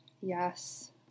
Yes